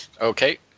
Okay